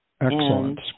Excellent